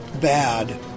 bad